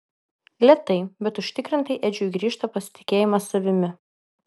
lėtai bet užtikrintai edžiui grįžta pasitikėjimas savimi